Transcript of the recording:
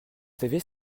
savez